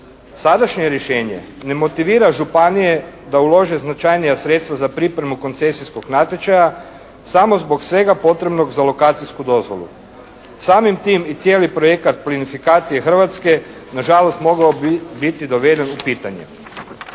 Sadašnje rješenje ne motivira županije da ulože značajnija sredstva za pripremu koncesijskog natječaja samo zbog svega potrebnog za lokacijsku dozvolu. Samim tim i cijeli projekat plinifikacije Hrvatske nažalost mogao bi biti doveden u pitanje.